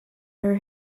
her